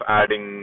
adding